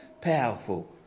powerful